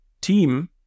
team